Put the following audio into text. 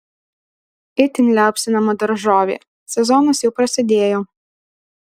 itin liaupsinama daržovė sezonas jau prasidėjo